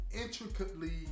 intricately